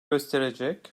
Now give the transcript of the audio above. gösterecek